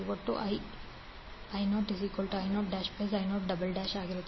ಒಟ್ಟು II0I0I0 ಆಗಿರುತ್ತದೆ